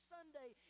Sunday